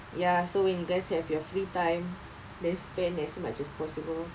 ya so when you guys have your free time then spend as much as possible